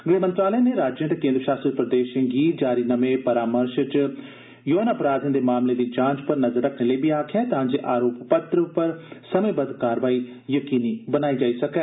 गृह मंत्रालय ने राज्ये ते केंद्रशासित प्रदेशें गी जारी नमे परामर्श च यौन अपराधें दे मामले दी जांच पर नजर रखने लेई बी गलाया ऐ तां जे आरोप पत्र पर समयबद्ध कार्रवाई सुनिश्चित कीती जाई सके